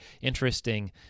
interesting